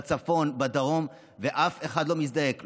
בצפון, בדרום, אף אחד לא מזדעק?